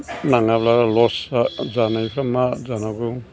नाङाब्ला लस जानायफ्रा मा जानांगौ